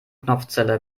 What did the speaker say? knopfzelle